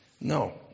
No